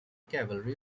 cavalry